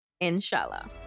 Inshallah